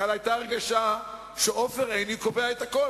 אף רגע כדי לקבל דחייה ל-107 יום,